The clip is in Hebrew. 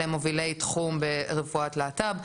למובילי תחום ברפואת להט״ב.